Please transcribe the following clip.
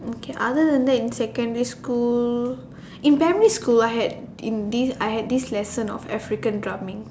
okay other than that in secondary school in primary school I had in this I had this lesson of African drumming